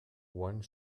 one